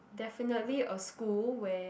definitely a school where